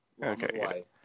Okay